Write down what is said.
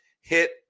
hit